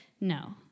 No